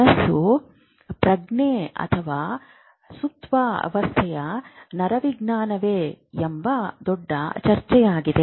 ಮನಸ್ಸು ಪ್ರಜ್ಞೆ ಅಥವಾ ಸುಪ್ತಾವಸ್ಥೆಯ ನರವಿಜ್ಞಾನವೇ ಎಂಬ ದೊಡ್ಡ ಚರ್ಚೆಯಾಗಿದೆ